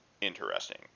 interesting